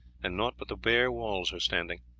and naught but the bare walls are standing.